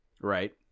Right